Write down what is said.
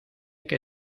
que